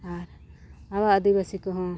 ᱟᱨ ᱟᱵᱚ ᱟᱹᱫᱤᱵᱟᱹᱥᱤ ᱠᱚ ᱦᱚᱸ